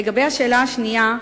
2. לגבי השאלה השנייה,